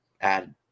add